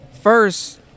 first